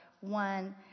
one